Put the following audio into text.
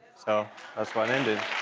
so that's why it ended.